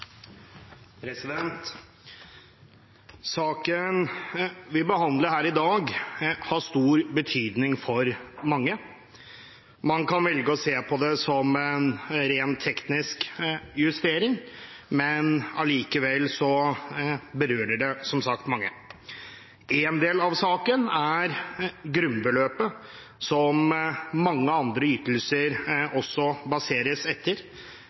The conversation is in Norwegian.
vedtatt. Saken vi behandler her i dag, har stor betydning for mange. Man kan velge å se på det som en rent teknisk justering, men allikevel berører det mange. Én del av saken er grunnbeløpet, som mange andre ytelser også baseres på. Grunnbeløpet er etter